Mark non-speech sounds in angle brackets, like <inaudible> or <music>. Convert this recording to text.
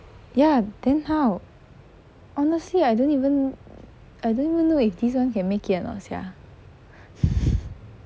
ya then how honestly I don't even I don't even know if this [one] can make it or not sia <laughs>